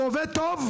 הוא עובד טוב?